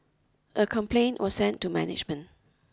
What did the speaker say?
a complaint was sent to management